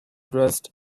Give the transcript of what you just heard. dressed